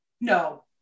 no